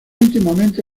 íntimamente